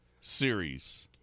series